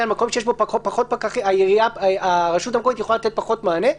מקום שאין בו פחות פקחים הרשות המקומית יכולה לתת פחות מענה,